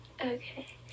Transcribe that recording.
Okay